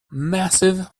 massive